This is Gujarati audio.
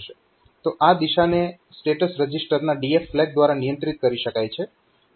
તો આ દિશાને સ્ટેટસ રજીસ્ટરના DF ફ્લેગ દ્વારા નિયંત્રિત કરી શકાય છે